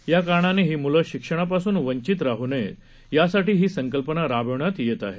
या कारणाने ही म्ले शिक्षणापासून वंचित राह नयेत यासाठी ही संकल्पना राबविण्यात येत आहे